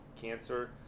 cancer